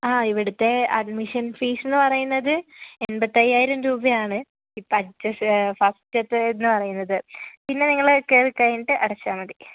അ ഇവിടുത്തെ അഡ്മിഷൻ ഫീസെന്ന് പറയുന്നത് എൺപത്തി അയ്യായിരം രൂപയാണ് ഇപ്പോൾ ഫസ്റ്റ് ത്തെ എന്ന് പറയുന്നത് പിന്നെ നിങ്ങള് കയറി കഴിഞ്ഞിട്ട് അടച്ചാൽ മതി